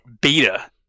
beta